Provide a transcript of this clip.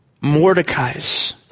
Mordecai's